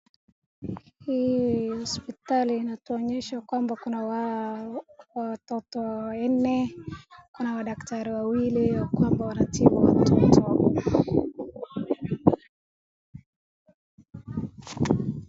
Hii hospitali inatuonyesha kwamba kuna watoto wanne, kuna madaktari wawili ya kwamba wanatibu watoto hapo.